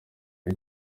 iyo